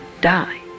die